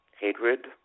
Hatred